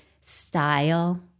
style